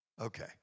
Okay